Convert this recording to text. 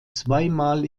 zweimal